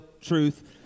truth